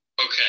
Okay